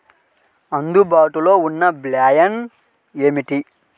అందుబాటులో ఉన్న బ్యాలన్స్ ఏమిటీ?